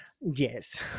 Yes